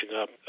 up